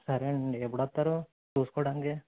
సరే అండి ఎప్పుడు వస్తారు చూసుకోవడానికి